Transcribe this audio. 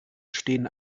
stehen